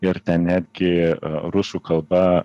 ir ten netgi rusų kalba